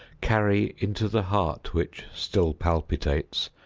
carry into the heart, which still palpitates,